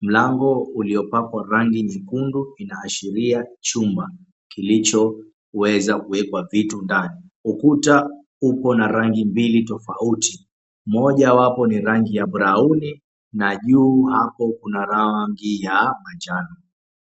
mlango uliopakwa rangi nyekundu inaashiria chuma kilichoweza kuwekwa vitu ndani. Ukuta upo na rangi mbili tofauti; mojawapo ni rangi ya brauni na juu hapo kuna rangi ya manjano.